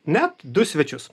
net du svečius